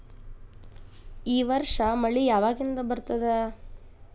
ಈ ವರ್ಷ ಮಳಿ ಯಾವಾಗಿನಿಂದ ಬರುತ್ತದೆ?